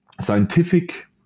scientific